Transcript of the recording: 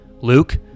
luke